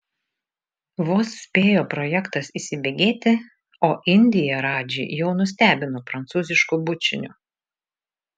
vos spėjo projektas įsibėgėti o indija radžį jau nustebino prancūzišku bučiniu